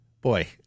boy